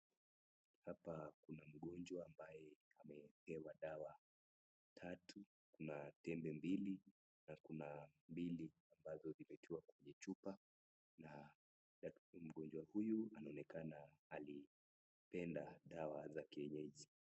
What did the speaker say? Hapa kuna mgonjwa ambaye ameekewa dawa tatu .Kuna tembe mbili na kuna mbili ambavyo vimetiwa kwenye chupa na mgonjwa huyu anaonekana alipenda dawa za kienyeji.